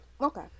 Okay